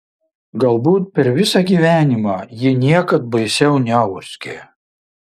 galbūt per visą gyvenimą ji niekad baisiau neurzgė